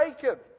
Jacob